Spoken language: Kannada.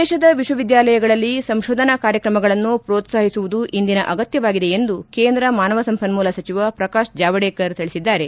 ದೇಶದ ವಿಶ್ವವಿದ್ನಾಲಯಗಳಲ್ಲಿ ಸಂಶೋಧನಾ ಕಾರ್ಯಕ್ರಮಗಳನ್ನು ಪ್ರೋತಾಹಿಸುವುದು ಇಂದಿನ ಅಗತ್ತವಾಗಿದೆ ಎಂದು ಕೇಂದ್ರ ಮಾನವ ಸಂಪನ್ನೂಲ ಸಚಿವ ಪ್ರಕಾಶ್ ಜಾವಡೇಕರ್ ತಿಳಿಸಿದ್ದಾರೆ